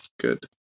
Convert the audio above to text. Good